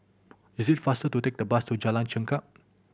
is it faster to take the bus to Jalan Chengkek